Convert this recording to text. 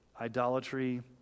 idolatry